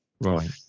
right